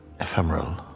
ephemeral